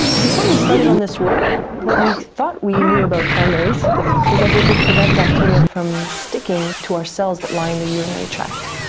before we started on this work, what we thought we knew about cranberries was that they would prevent bacteria from sticking to our cells that line the urinary tract,